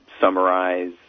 Summarize